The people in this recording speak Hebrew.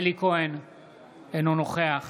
אינו נוכח